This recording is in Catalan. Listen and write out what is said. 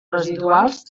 residuals